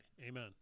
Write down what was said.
Amen